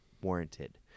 warranted